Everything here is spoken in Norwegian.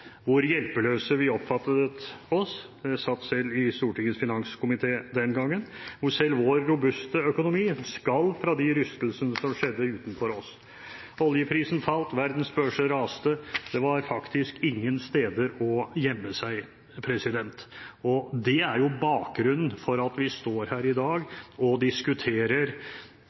hvor hjelpeløse vi oppfattet oss – jeg satt selv i Stortingets finanskomité den gangen. Selv vår robuste økonomi skalv fra de rystelsene som skjedde utenfor oss: Oljeprisen falt, verdens børser raste, og det var faktisk ingen steder å gjemme seg. Det er jo bakgrunnen for at vi står her i dag og diskuterer